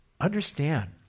understand